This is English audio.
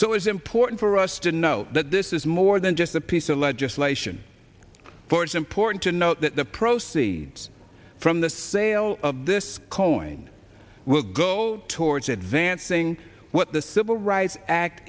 so it's important for us to know that this is more than just a piece of legislation for it's important to note that the proceeds from the sale of this coing will go towards advancing what the civil rights act